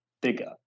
bigger